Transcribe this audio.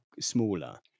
smaller